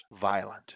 violent